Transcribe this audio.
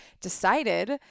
decided